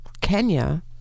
Kenya